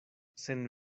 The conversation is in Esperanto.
sen